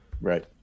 Right